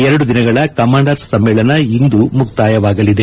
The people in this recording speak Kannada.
ಎರಡು ದಿನಗಳ ಕಮಾಂಡರ್ಪ್ ಸಮ್ಮೇಳನ ಇಂದು ಮುಕ್ತಾಯವಾಗಲಿದೆ